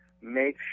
make